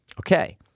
Okay